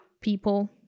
people